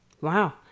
Wow